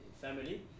family